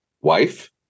wife